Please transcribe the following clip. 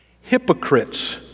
Hypocrites